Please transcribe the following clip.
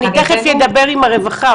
אני תיכף אדבר עם הרווחה.